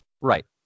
Right